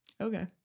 Okay